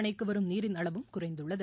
அணைக்கு வரும் நீரின் அளவும் குறைந்துள்ளது